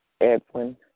Edwin